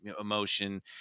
emotion